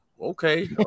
okay